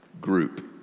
group